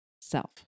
self